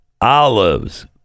olives